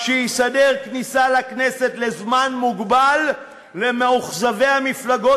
שיסדר כניסה לכנסת לזמן מוגבל למאוכזבי המפלגות